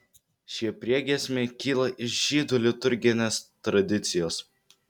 šie priegiesmiai kyla iš žydų liturginės tradicijos